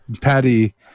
patty